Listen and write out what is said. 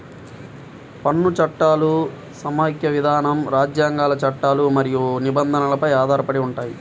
పన్ను చట్టాలు సమాఖ్య విధానం, రాజ్యాంగాలు, చట్టాలు మరియు నిబంధనలపై ఆధారపడి ఉంటాయి